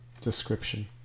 description